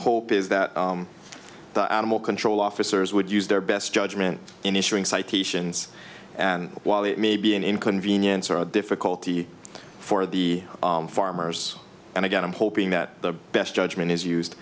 hope is that the animal control officers would use their best judgment in issuing citations and while it may be an inconvenience or a difficulty for the farmers and again i'm hoping that the best judgment is used